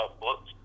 books